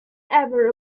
ever